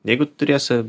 jeigu turėsi